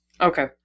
Okay